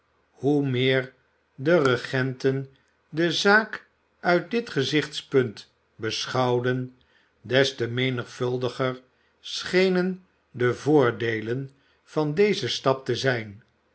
hoe meer de regenten de zaak uit dit gezichtspunt beschouwden des te menigvuldiger schenen de voordeden van dezen stap te zijn